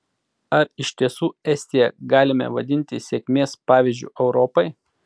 ar iš tiesų estiją galime vadinti sėkmės pavyzdžiu europai